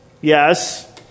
Yes